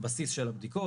בסיס של הבדיקות,